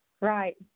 Right